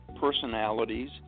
personalities